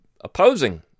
opposing